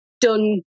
done